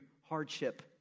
hardship